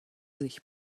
sich